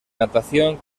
natación